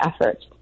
effort